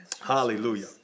Hallelujah